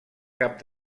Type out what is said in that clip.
cap